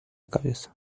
cabeza